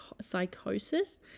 psychosis